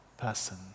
person